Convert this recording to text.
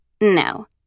No